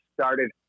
started